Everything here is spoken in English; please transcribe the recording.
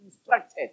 instructed